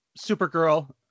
Supergirl